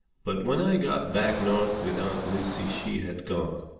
but when i got back north with aunt lucy she had gone.